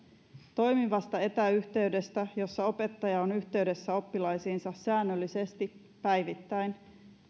toimivasta etäyhteydestä jossa opettaja on yhteydessä oppilaisiinsa säännöllisesti päivittäin